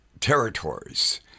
territories